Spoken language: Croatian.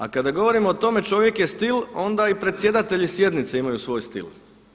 A kada govorimo o tome čovjek je stil onda i predsjedatelji sjednice imaju svoj stil.